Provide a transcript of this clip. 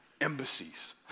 embassies